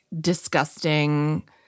disgusting